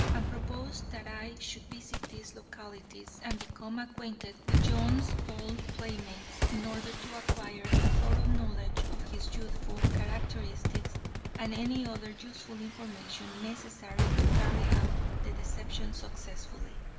and proposed that i should visit these localities and become acquainted with john's old playmates, in order to acquire a thorough knowledge of his youthful characteristics and any other useful information necessary to carry out the deception successfully.